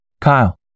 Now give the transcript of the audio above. Kyle